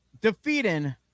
defeating